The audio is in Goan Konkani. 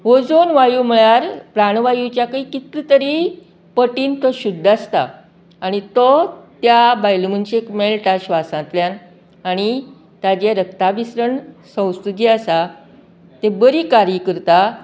अजून वायू म्हळ्यार प्रणवायूच्याकय कितलें तरी पटीन तो शुद्ध आसता आणी तो त्या बायल मनशेक मेळटा स्वासातल्यान आणी ताचें रक्ता बिश्रण संवस्था जी आसा ती बरी कार्य करता